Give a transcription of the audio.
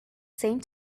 same